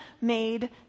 made